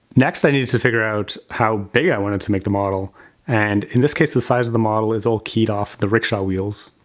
next, i needed to figure out how big i wanted to make the model and in this case the size of the model is all keyed off the rickshaw wheels.